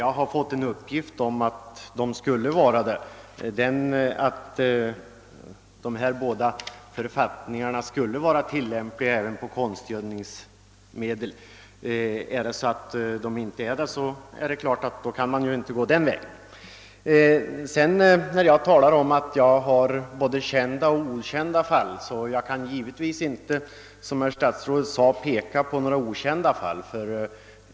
Jag har fått en uppgift om att dessa båda författningar skulle vara tilllämpliga även i fråga om konstgödningsmedel. Om så inte är fallet kan man tydligen inte gå den vägen. På tal om kända och okända fall kan jag säga att jag givetvis inte kan peka på några okända fall.